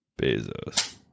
Bezos